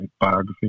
biography